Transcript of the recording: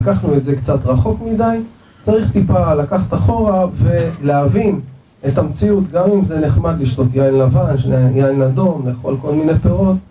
לקחנו את זה קצת רחוק מדי, צריך טיפה לקחת אחורה ולהבין את המציאות גם אם זה נחמד לשתות יין לבן, יין אדום, לאכול כל מיני פירות